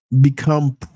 become